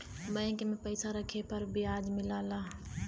bank में पइसा रखे पर बियाज मिलला